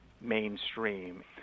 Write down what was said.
mainstream